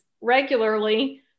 regularly